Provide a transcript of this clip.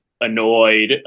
annoyed